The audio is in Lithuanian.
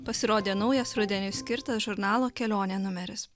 pasirodė naujas rudeniui skirtas žurnalo kelionė numeris